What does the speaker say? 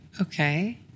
Okay